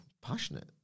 passionate